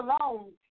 alone